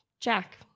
Jack